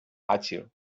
àgil